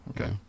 Okay